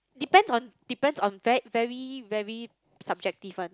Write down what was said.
depend on depend on very very very subjective one